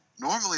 Normally